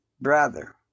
brother